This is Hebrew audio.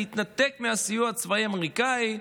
להתנתק מהסיוע הצבאי האמריקאי,